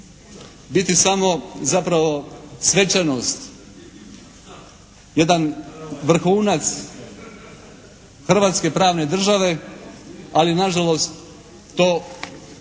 biti samo zapravo svečanost, jedan vrhunac hrvatske pravne države, ali nažalost to